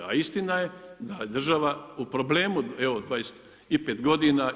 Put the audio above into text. A istina je da je država u problemu evo 25 godina.